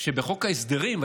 שבחוק ההסדרים,